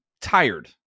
tired